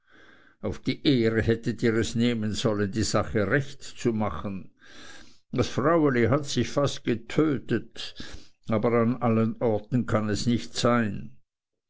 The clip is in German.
auf die ehre hättet ihr es nehmen sollen die sache recht zu machen das fraueli hat sich fast getötet aber an allen orten kann es nicht sein